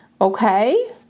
Okay